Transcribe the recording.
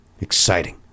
Exciting